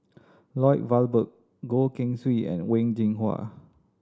Lloyd Valberg Goh Keng Swee and Wen Jinhua